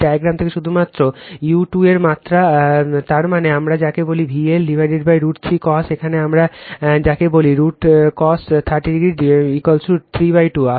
এই ডায়াগ্রাম থেকে শুধুমাত্র u 2 এর মাত্রা তার মানে আমরা যাকে বলি VL√ 3 cos এখানে আমরা যাকে বলি √ cos 30 3 2